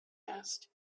asked